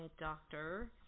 doctor